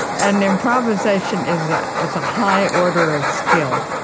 and improvisation is ah is a high order of skill